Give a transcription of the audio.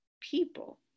people